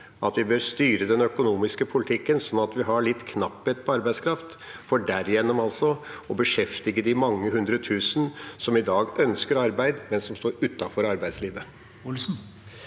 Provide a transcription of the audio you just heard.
at vi bør styre den økonomiske politikken sånn at vi har litt knapphet på arbeidskraft, for derigjennom altså å beskjeftige de mange hundre tusen som i dag ønsker arbeid, men som står utenfor arbeidslivet?